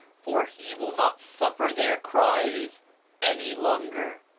for he will not suffer their cries any longer.